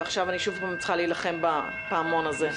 ועכשיו אני שוב פעם צריכה להילחם בפעמון הזה.